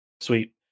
Sweet